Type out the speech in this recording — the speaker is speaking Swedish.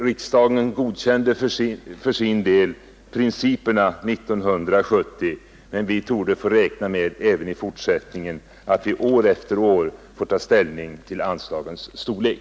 Riksdagen godkände för sin del principerna 1970, men vi torde även i fortsättningen få räkna med att vi år efter år kommer att få ta ställning till anslagens storlek.